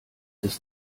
ist